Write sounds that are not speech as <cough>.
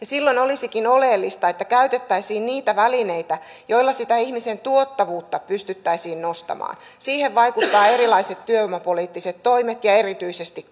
<unintelligible> silloin olisikin oleellista että käytettäisiin niitä välineitä joilla sitä ihmisen tuottavuutta pystyttäisiin nostamaan siihen vaikuttavat erilaiset työvoimapoliittiset toimet ja erityisesti <unintelligible>